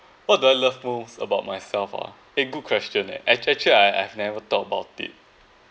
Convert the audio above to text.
what do I love most about myself ah eh good question eh act~ actually I I've never thought about it